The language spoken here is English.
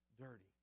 dirty